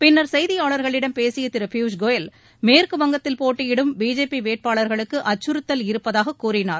பின்னர் செய்தியாளர்களிடம் பேசிய திரு பியூஷ்கோயல் மேற்குவங்கத்தில் போட்டியிடும் பிஜேபி வேட்பாளர்களுக்கு அச்சுறுத்தல் இருப்பதாகக் கூறினார்